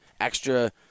extra